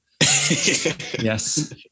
Yes